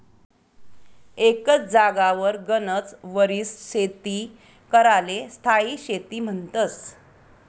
एकच जागावर गनच वरीस शेती कराले स्थायी शेती म्हन्तस